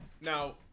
now